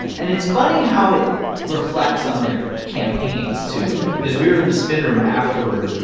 and it's funny how it reflects on their campaigns, too, because we were in the spin room afterward,